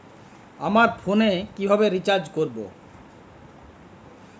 আমার ফোনে কিভাবে রিচার্জ করবো?